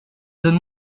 donne